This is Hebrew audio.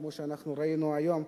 כמו שאנחנו ראינו היום,